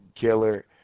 killer